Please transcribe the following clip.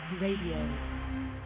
Radio